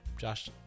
Josh